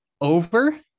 over